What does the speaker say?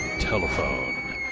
Telephone